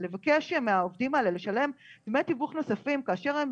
לבקש מהעובדים האלה לשלם דמי תיווך נוספים כאשר הם